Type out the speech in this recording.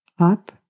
Up